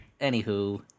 anywho